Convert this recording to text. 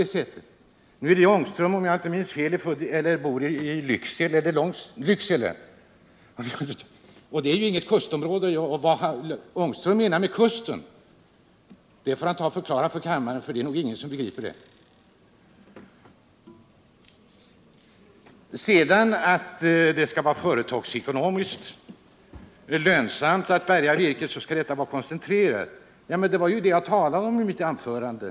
Nu bor herr Ångström i Lycksele, och det är ju inget kustområde. Vad herr Ångström menar med kusten får han förklara för kammaren, för det är nog ingen som begriper det. För att det skall vara företagsekonomiskt lönsamt att bärga virket skall detta vara koncentrerat. Men det var ju det jag talade om i mitt anförande.